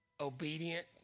obedient